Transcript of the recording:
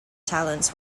talents